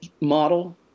model